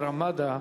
ב"רמדה",